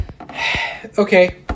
Okay